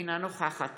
אינה נוכחת